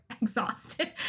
exhausted